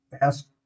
ask